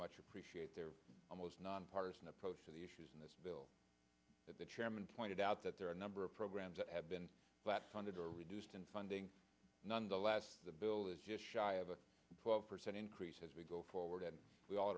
much appreciate their almost nonpartizan approach to the issues in this bill that the chairman pointed out that there are a number of programs that have been flat funded or reduced in funding nonetheless the bill is just shy of a twelve percent increase as we go forward and we